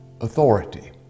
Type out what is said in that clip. Authority